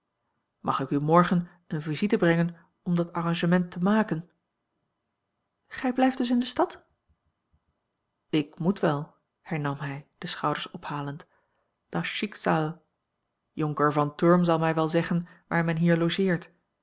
mag ik u morgen eene visite brengen om dat arrangement te maken a l g bosboom-toussaint langs een omweg gij blijft dus in de stad ik moet wel hernam hij de schouders ophalend das schicksal jonker von thurm zal mij wel zeggen waar men hier logeert